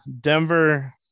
Denver